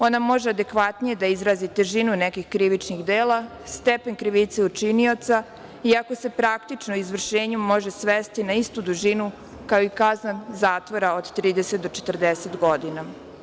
Ona može adekvatnije da izrazi težinu nekih krivičnih dela, stepen krivice učinioca, iako se praktično izvršenje može svesti na istu dužinu kao i kazna zatvora od 30 do 40 godina.